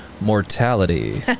mortality